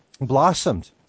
blossomed